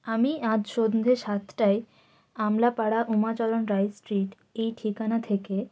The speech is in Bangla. আমি আজ সন্ধ্যে সাতটায় আমলা পাড়া উমাচরণ রায় স্ট্রিট এই ঠিকানা থেকে